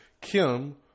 Kim